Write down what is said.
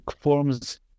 forms